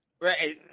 Right